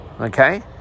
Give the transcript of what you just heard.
Okay